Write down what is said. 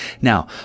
Now